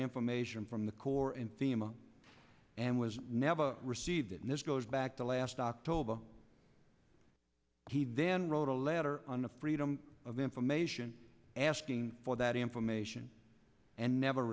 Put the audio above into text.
information from the corps and thema and was never received and this goes back to last october he then wrote a letter on the freedom of information asking for that information and never